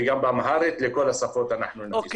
וגם באמהרית לכל השפות אנחנו נדאג.